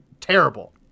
terrible